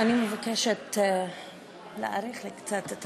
אני מבקשת להאריך לי קצת את הזמן.